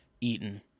Eaton